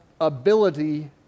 ability